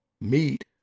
Meat